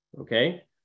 Okay